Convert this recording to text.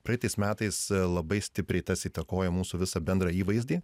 praeitais metais labai stipriai tas įtakojo mūsų visą bendrą įvaizdį